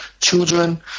children